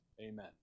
Amen